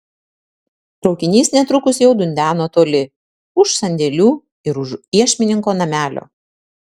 traukinys netrukus jau dundeno toli už sandėlių ir už iešmininko namelio